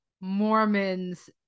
Mormons